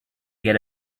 get